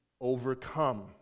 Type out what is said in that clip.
overcome